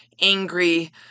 angry